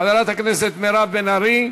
חברת הכנסת מירב בן ארי.